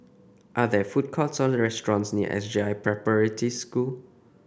are there food courts or restaurants near S J I Preparatory School